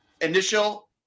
initial